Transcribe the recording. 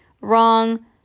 Wrong